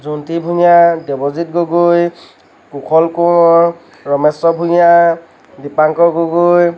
Jonti Bhuyan Debojit Gogoi Koushal Konwar Rameswar Bhuyan Dipankar Gogoi